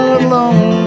alone